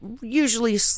usually